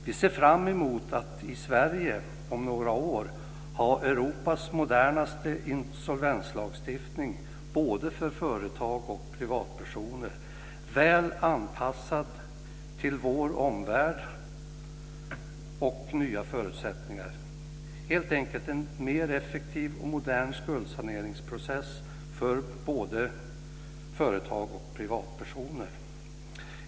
Vi ser fram emot att vi i Sverige om några år ha Europas modernaste insolvenslagstiftning både för företag och för privatpersoner, väl anpassad till vår omvärld och nya förutsättningar, helt enkelt en mer effektiv och modern skuldsaneringsprocess för både företag och privatpersoner.